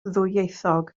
ddwyieithog